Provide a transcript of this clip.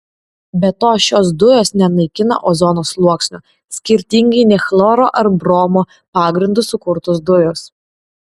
be to šios dujos nenaikina ozono sluoksnio skirtingai nei chloro ar bromo pagrindu sukurtos dujos